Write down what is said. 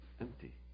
empty